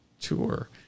tour